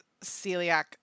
celiac